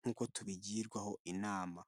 nkuko tubigirwaho inama.